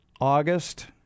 August